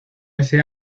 ese